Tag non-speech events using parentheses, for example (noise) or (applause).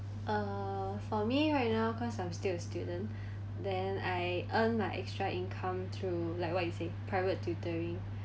uh for me right now 'cause I'm still a student (breath) then I earn my extra income through like what you say private tutoring